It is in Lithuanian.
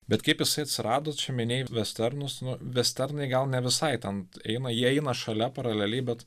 bet kaip jisai atsirado čia minėjai vesternus nu vesternai gal ne visai ten eina jie eina šalia paraleliai bet